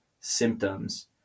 symptoms